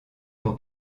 pour